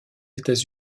états